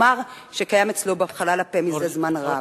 מר שקיים אצלו בחלל הפה מזה זמן רב.